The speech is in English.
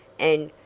and,